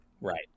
Right